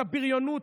הבריונות,